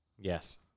Yes